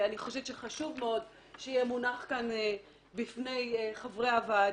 ואני חושבת שחשוב מאוד שיהיה מונח כאן בפני חברי הוועדה,